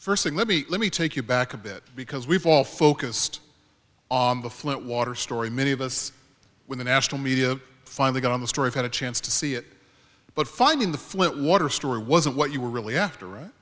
first let me let me take you back a bit because we've all focused on the flint water story many of us when the national media finally got the story got a chance to see it but finding the flint water story wasn't what you were really after right